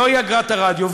זוהי אגרת הרדיו.